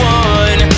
one